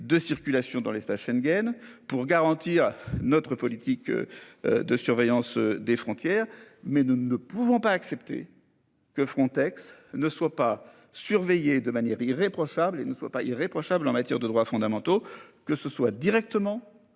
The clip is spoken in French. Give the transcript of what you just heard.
de circulation dans l'espace Schengen pour garantir notre politique. De surveillance des frontières, mais nous ne pouvons pas accepter que Frontex ne soient pas surveillées de manière irréprochable et ne soient pas irréprochable en matière de droits fondamentaux, que ce soit, directement